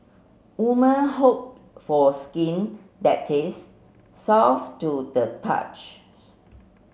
woman hope for skin that is soft to the touch